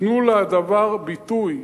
תנו לדבר ביטוי.